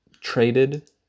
traded